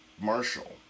Marshall